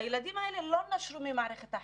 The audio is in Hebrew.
הילדים האלה לא נשרו ממערכת החינוך,